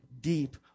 deep